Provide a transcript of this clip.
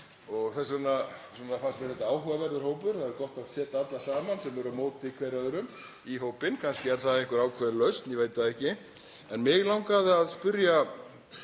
Þess vegna fannst mér þetta áhugaverður hópur. Það er gott að setja alla saman sem eru á móti hver öðrum í hópinn, kannski er það einhver ákveðin lausn, ég veit það ekki. Mig langaði að spyrja